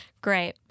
Great